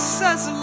says